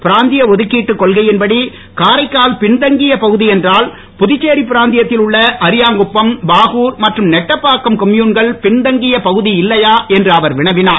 பிராந்திய ஒதுக்கீட்டு கொள்கையின் படி காரைக்கால் பின்தங்கிய பகுதியென்றால் புதுச்சேரி பிராந்தியத்தில் உள்ள அரியாங்குப்பம் பாகூர் மற்றும் நெட்டப்பாக்கம் கொம்யூன்கள் பின் தங்கிய பகுதி இல்லையா என்று அவர் வினவினார்